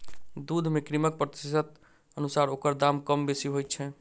दूध मे क्रीमक प्रतिशतक अनुसार ओकर दाम कम बेसी होइत छै